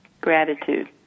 Gratitude